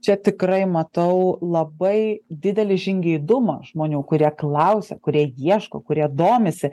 čia tikrai matau labai didelį žingeidumą žmonių kurie klausia kurie ieško kurie domisi